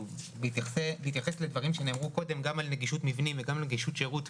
בהתייחס לדברים שנאמרו קודם גם על נגישות מבנים וגם על נגישות שירות.